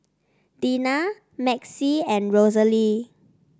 Dina Maxie and Rosalie